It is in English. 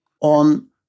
On